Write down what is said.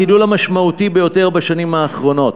הגידול המשמעותי ביותר בשנים האחרונות.